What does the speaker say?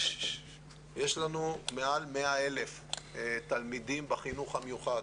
יש לנו מעל 100,000 תלמידים בחינוך המיוחד,